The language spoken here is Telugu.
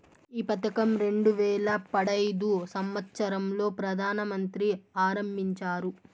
ఈ పథకం రెండు వేల పడైదు సంవచ్చరం లో ప్రధాన మంత్రి ఆరంభించారు